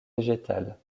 végétales